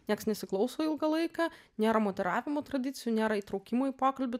nieks nesiklauso ilgą laiką nėra moderavimo tradicijų nėra įtraukimų į pokalbį